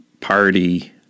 party